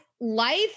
life